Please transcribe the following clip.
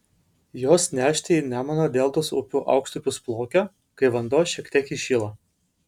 jos neršti į nemuno deltos upių aukštupius plaukia kai vanduo šiek tiek įšyla